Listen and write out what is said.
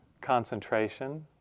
concentration